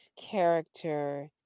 character